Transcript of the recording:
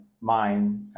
mind